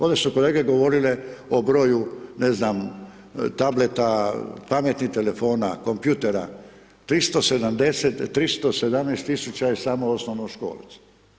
Ovde su kolege govorile o broju ne znam tableta, pametnih telefona, kompjutera, 370, 317.000 je samo osnovnoškolaca.